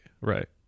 right